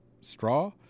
straw